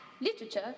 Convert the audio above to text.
literature